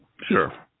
Sure